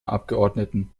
abgeordneten